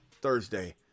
Thursday